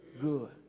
good